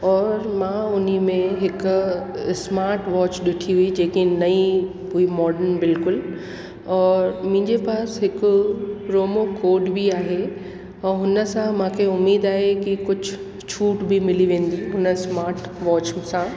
औरि मां उन में हिकु स्माटवॉच ॾिठी हुई जेके नई मॉडन बिल्कुलु औरि मुंहिंजे पास हिकु प्रोमोकोड बि आहे ऐं हुन सां मूंखे उमेद आहे की कुझु छूट बि मिली वेंदी हुन स्माटवॉच सां